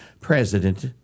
president